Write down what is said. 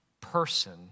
person